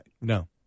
No